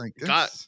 God